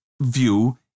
view